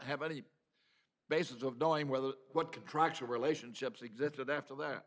have any basis of knowing whether what contractual relationships existed after that